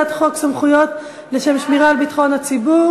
לא הספקת, בואי תצביעי